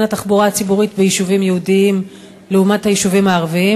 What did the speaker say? התחבורה הציבורית ביישובים יהודיים לעומת היישובים הערביים?